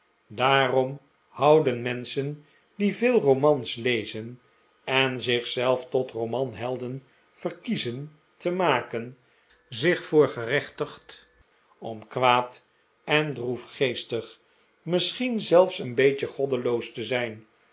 daarom houden menschen die veel romans lezen en zich zelf tot romanhelden verkiezen te maken zich voor gerechtigd om kwaad en droefgeestig misschien zelfs een beetje goddeloos te zijn